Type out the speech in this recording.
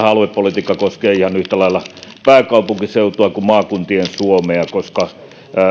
aluepolitiikka koskee ihan yhtä lailla pääkaupunkiseutua kuin maakuntien suomea koska